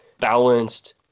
balanced